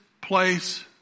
place